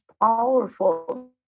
powerful